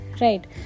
Right